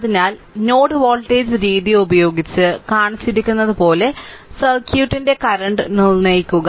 അതിനാൽ node voltage രീതി ഉപയോഗിച്ച് കാണിച്ചിരിക്കുന്നതുപോലെ സർക്യൂട്ടിന്റെ കറന്റ് നിർണ്ണയിക്കുക